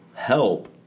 help